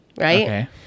right